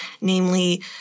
namely